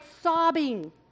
sobbing